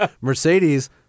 Mercedes